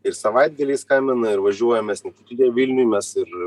ir savaitgaliais skambina ir važiuojam mes ne tiktai vilniuj mes ir